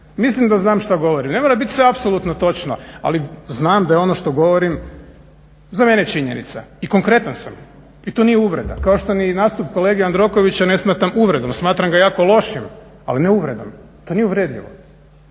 Mislim da znam što govorim. Ne mora biti sve apsolutno točno. Ali znam da je ono što govorim za mene činjenica i konkretan sam i to nije uvreda. Kao ni što je nastup kolege Jandrokovića ne smatram uvredom, smatram ga jako lošim ali ne uvredom. To nije uvredljivo.